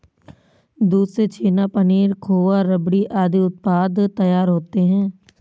दूध से छेना, पनीर, खोआ, रबड़ी आदि उत्पाद तैयार होते हैं